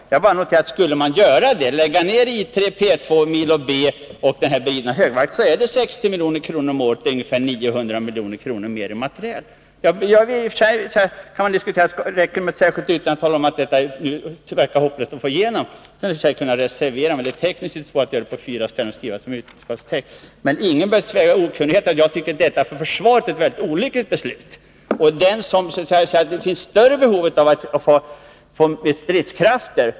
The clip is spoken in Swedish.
Jag vill bara notera att skulle man göra det — alltså lägga ned I 3, P 2, Milo B och den beridna högvakten — så innebär det 60 milj.kr. om året och på sikt därmed ungefär 900 milj.kr. i materiel. Toch för sig kan man diskutera om det räcker med ett särskilt yttrande för att tala om detta. Jag valde det eftersom det verkar hopplöst att nu få igenom det förslaget. Jag skulle i och för sig ha kunnat reservera mig, men tekniskt är det mer svåröverskådligt. Ingen bör emellertid sväva i okunnighet om att jag tycker att detta för försvaret är ett mycket olyckligt beslut. Det finns större behov av att få stridskrafter.